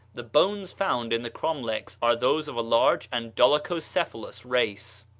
the bones found in the cromlechs are those of a large and dolichocephalous race.